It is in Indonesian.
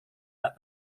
tak